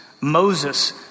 Moses